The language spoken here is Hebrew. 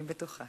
אני בטוחה.